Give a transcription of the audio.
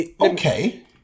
okay